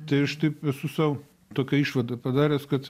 tai aš taip esu sau tokią išvadą padaręs kad